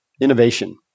innovation